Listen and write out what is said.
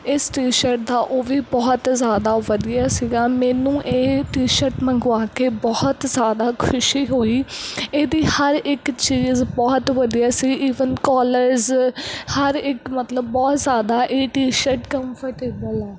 ਇਸ T shirt ਦਾ ਉਹ ਵੀ ਬਹੁਤ ਜ਼ਿਆਦਾ ਵਧੀਆ ਸੀਗਾ ਮੈਨੂੰ ਇਹ ਟੀ ਸ਼ਰਟ ਮੰਗਵਾ ਕੇ ਬਹੁਤ ਜ਼ਿਆਦਾ ਖੁਸ਼ੀ ਹੋਈ ਇਹਦੀ ਹਰ ਇੱਕ ਚੀਜ਼ ਬਹੁਤ ਵਧੀਆ ਸੀ ਈਵਨ ਕੋਲਰਜ ਹਰ ਇੱਕ ਮਤਲਬ ਬਹੁਤ ਜ਼ਿਆਦਾ ਇਹ ਟੀ ਸ਼ਰਟ ਕੰਫਰਟੇਬਲ ਆ